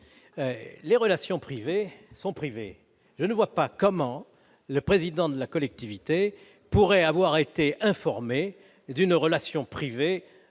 Les relations privées sont privées ! Je ne vois pas comment le président de la collectivité pourrait être informé, et encore